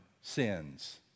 sins